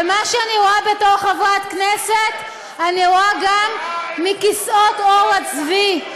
ומה שאני רואה בתור חברת כנסת אני רואה גם מכיסאות עור הצבי.